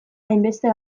hainbeste